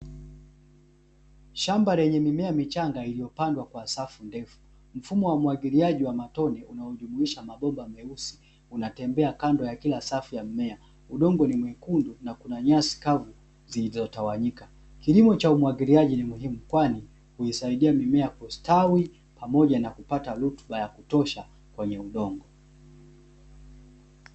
Shamba lenye mimea michanga lililopandwa kwa safi ndedu mfumo wa umwagiliaji wa matone unaojumuiaha kuĺényasi kacu zilizo tawaĥ kilimo cha umwafiliajo muhimbu kwani huisaidia mimea kustaiwì.